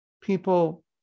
people